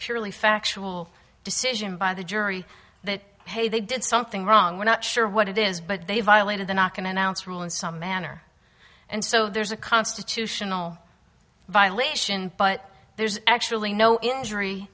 purely factual decision by the jury that hey they did something wrong we're not sure what it is but they violated the not going announce rule in some manner and so there's a constitutional violation but there's actually no injury